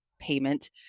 payment